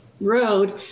road